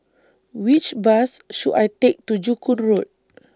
Which Bus should I Take to Joo Koon Road